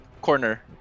corner